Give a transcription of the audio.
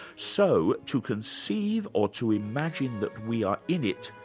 so to conceive or to imagine that we are in it,